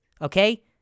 Okay